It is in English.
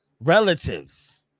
relatives